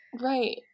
right